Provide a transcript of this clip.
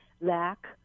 lack